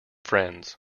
friends